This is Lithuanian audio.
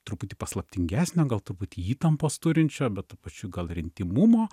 truputį paslaptingesnio gal truputį įtampos turinčio bet tuo pačiu gal ir intymumo